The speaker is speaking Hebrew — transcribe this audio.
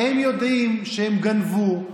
הם יודעים שהם גנבו,